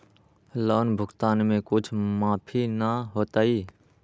Loan भुगतान में कुछ माफी न होतई?